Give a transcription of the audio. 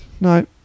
No